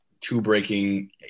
two-breaking